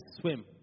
swim